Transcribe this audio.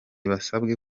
basabwe